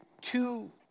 two